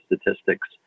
statistics